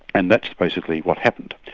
and that's basically what happened.